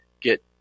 get